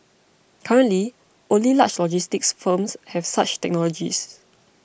currently only large logistics firms have such technologies